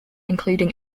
including